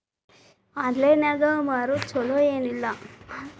Online ನಾಗ್ ಮಾರೋದು ಛಲೋ ಏನ್ ಇಲ್ಲ?